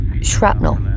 shrapnel